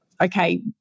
okay